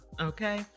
Okay